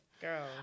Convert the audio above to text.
Girl